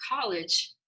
college